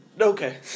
okay